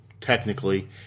technically